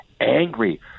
angry